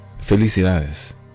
felicidades